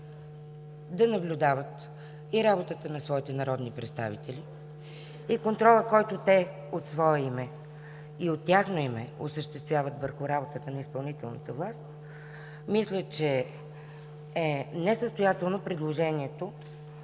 да наблюдават работата на своите народни представители, на контрола, който те осъществяват от свое име и от тяхно име върху работата на изпълнителната власт, мисля, че е несъстоятелно предложението